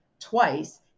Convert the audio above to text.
twice